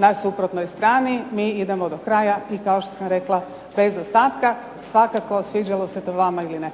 na suprotnoj strani i mi idemo do kraja i kao što sam rekla bez ostatka svakako sviđalo se to vama ili ne.